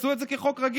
תעשו את זה כחוק רגיל.